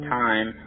time